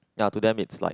ya to them it's like